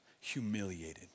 humiliated